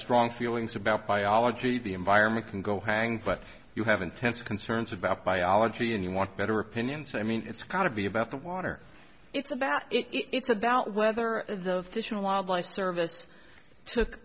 strong feelings about biology the environment can go hang but you have intense concerns about biology and you want better opinions i mean it's kind of be about the water it's about it's about whether the fish and wildlife service took